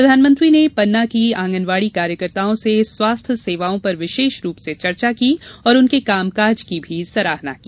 प्रधानमंत्री ने पन्ना की आंगनवाड़ी कार्यकर्ताओं से स्वास्थ्य सेवाओं पर विशेष रूप से चर्चा की और उनके कामकाज की भी सराहना की